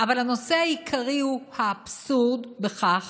אבל הנושא העיקרי הוא האבסורד בכך